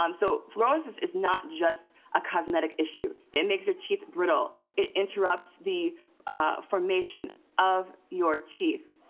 um so fluorosis is not just a cosmetic issue. it makes your teeth brittle. it interrupts the formation of your teeth